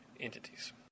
entities